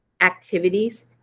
activities